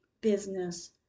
business